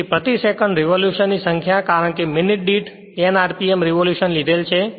તેથી પ્રતિ સેકંડ રેવોલુશનની સંખ્યા કારણ કે મિનિટ દીઠ N rpm રેવોલુશનલીધેલ છે